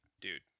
dude